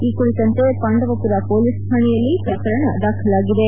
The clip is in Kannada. ಈ ಕುರಿತಂತೆ ಪಾಂಡುಪುರ ಪೊಲೀಸ್ ಠಾಣೆಯಲ್ಲಿ ಪ್ರಕರಣ ದಾಖಲಾಗಿದೆ